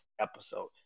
episode